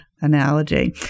analogy